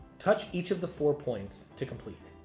touch each of the four points to complete.